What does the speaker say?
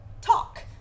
talk